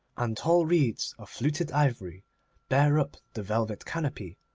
and tall reeds of fluted ivory bare up the velvet canopy,